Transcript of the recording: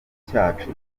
cyacu